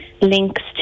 links